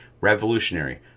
revolutionary